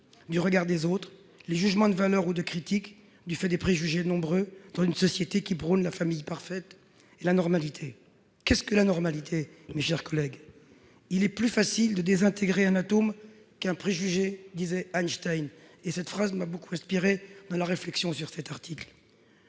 du regard des autres, des jugements de valeur et des critiques, les préjugés étant nombreux dans une société qui prône la famille parfaite et la normalité. Or qu'est-ce que la normalité, mes chers collègues ? Il est plus facile de désintégrer un atome qu'un préjugé, disait Einstein ; cette phrase m'a beaucoup inspiré dans ma réflexion sur cet article.